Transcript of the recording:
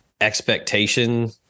expectation